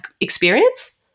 experience